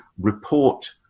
report